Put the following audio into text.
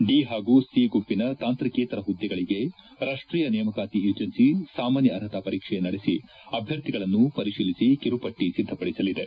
D ಹಾಗೂ C ಗುಂಪಿನ ತಾಂತ್ರಿಕೇತರ ಹುದ್ದೆಗಳಿಗೆ ರಾಷ್ಟೀಯ ನೇಮಕಾತಿ ಏಜೆನ್ಸಿ ಸಾಮಾನ್ಯ ಅರ್ಹತಾ ಪರೀಕ್ಷೆ ನಡೆಸಿ ಅಭ್ಯರ್ಥಿಗಳನ್ನು ಪರಿಶೀಲಿಸಿ ಕಿರುಪಟ್ಟ ಸಿದ್ದಪಡಿಸಲಿದೆ